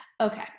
Okay